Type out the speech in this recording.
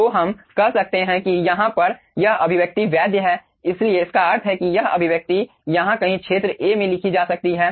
तो हम कह सकते हैं कि यहाँ पर यह अभिव्यक्ति वैध है इसलिए इसका अर्थ यह है कि यह अभिव्यक्ति यहाँ कहीं क्षेत्र A में लिखी जा सकती है